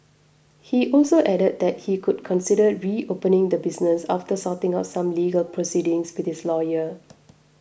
he also added that he could consider reopening the business after sorting out some legal proceedings with his lawyer